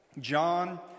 John